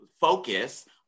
focus